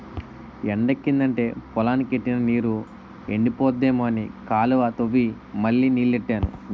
ఎండెక్కిదంటే పొలానికి ఎట్టిన నీరు ఎండిపోద్దేమో అని కాలువ తవ్వి మళ్ళీ నీల్లెట్టాను